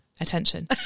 attention